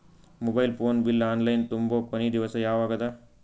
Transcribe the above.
Mobile phone bill online ತುಂಬೊ ಕೊನಿ ದಿವಸ ಯಾವಗದ?